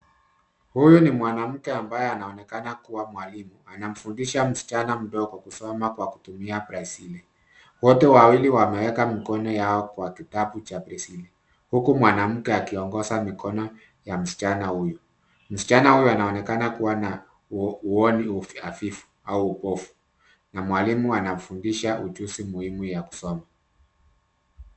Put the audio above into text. Huyu ni mwanamke ambaye anaonekana kuwa mwalimu. Anamfundisha msichana mdogo kusoma kwa kutumia braille . Wote wawili wameweka mikono yao kwa kitabu cha braille huku mwanamke akiongoza mikono ya msichana huyu. Msichana huyu anaonekana kuwa na uoni hafifu au upofu na mwalimu anamfundisha ujuzi muhimu ya kusoma.